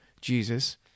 Jesus